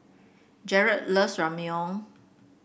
Jarret loves Ramyeon